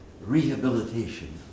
rehabilitation